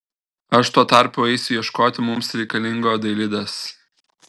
aš tuo tarpu eisiu ieškoti mums reikalingo dailidės